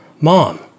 Mom